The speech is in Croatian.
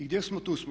I gdje smo, tu smo.